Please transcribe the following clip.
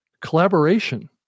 collaboration